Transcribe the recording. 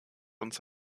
uns